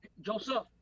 Joseph